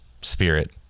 spirit